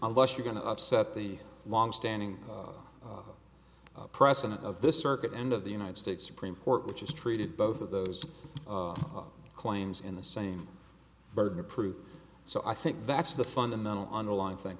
unless you're going to upset the longstanding president of the circuit end of the united states supreme court which is treated both of those claims in the same burden of proof so i think that's the fundamental underlying thing